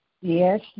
Yes